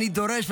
אני דורש,